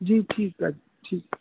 ਜੀ ਠੀਕ ਆ ਜੀ ਠੀਕ